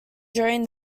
during